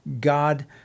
God